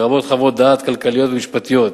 לרבות חוות-דעת כלכליות ומשפטיות,